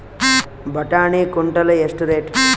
ಬಟಾಣಿ ಕುಂಟಲ ಎಷ್ಟು ರೇಟ್?